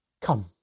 Come